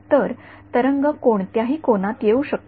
तर तरंग कोणत्याही कोनात येऊ शकतो